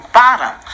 bottom